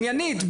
עניינית,